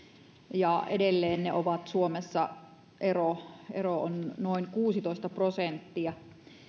ja edelleen suomessa ero on noin kuusitoista prosenttia